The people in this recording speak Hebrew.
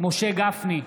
משה גפני,